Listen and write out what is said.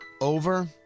over